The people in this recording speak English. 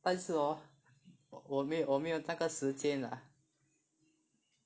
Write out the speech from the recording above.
但是 hor 我没有我没有那个时间 lah